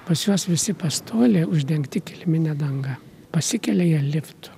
pas juos visi pastoliai uždengti kilimine danga pasikelia jie liftu